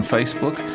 Facebook